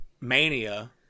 Mania